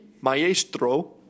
Maestro